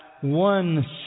one